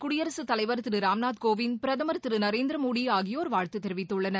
குடியரசுத் தலைவர் திரு ராம்நாத் கோவிந்த் பிரதமர் திரு நரேந்திர மோடி ஆகியோர் வாழ்த்து தெரிவித்துள்ளனர்